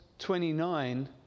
29